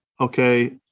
okay